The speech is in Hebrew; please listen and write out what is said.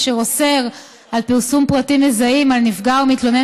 אשר אוסר על פרסום פרטים מזהים על נפגע או מתלונן